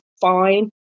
fine